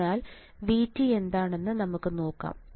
അതിനാൽ VT എന്താണെന്ന് നമുക്ക് നോക്കാം